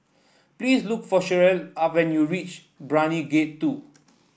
please look for Cherelle are when you reach Brani Gate Two